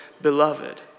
Beloved